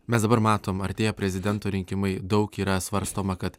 mes dabar matom artėja prezidento rinkimai daug yra svarstoma kad